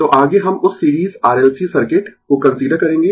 तो आगें हम उस series R L C circuit को कंसीडर करेंगें